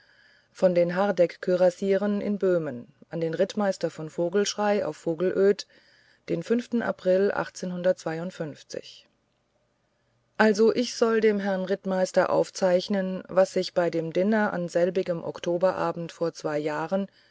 von hardegg kürassieren in böhmen an den rittmeister von vogelschrey auf vogelöd den april also ich soll dem herrn rittmeister aufzeichnen was ich bei dem diner an selbigem oktoberabend vor zwei jahren